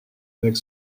avec